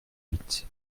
huit